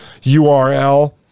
url